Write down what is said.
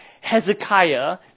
Hezekiah